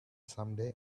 someday